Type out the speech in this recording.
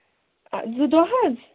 آ زٕ دۄہ حظ